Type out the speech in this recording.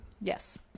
yes